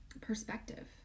perspective